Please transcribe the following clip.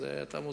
אתה מוזמן,